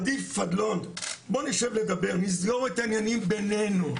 בוא נשב לדבר, נסגור את העניינים בינינו.